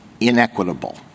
inequitable